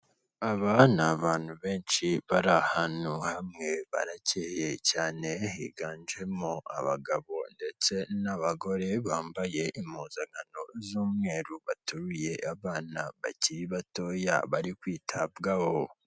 Aba ni abantu benshi bari ahantu hamwe, barakeye cyane, higanjemo abagabo ndetse n'abagore bambaye impuzankano z'umweru, baturuye abana bakiri batoya, bari kwitabwaho.